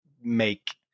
make